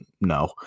no